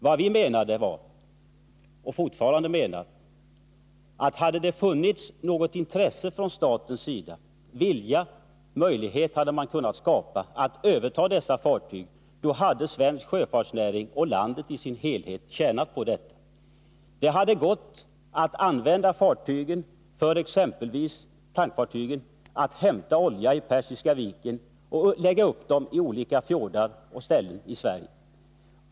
Vad vi menade och fortfarande menar var att om det hade funnits något intresse för och någon vilja från statens sida — möjlighet hade man kunnat skapa — att överta dessa fartyg, skulle svensk sjöfartsnäring och landet i sin helhet ha tjänat på ett sådant övertagande. Det hade t.ex. gått att använda tankfartygen till att hämta olja i Persiska viken och sedan lägga upp fartygen i olika fjordar i Sverige.